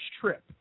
trip